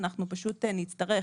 אנחנו פשוט נצטרך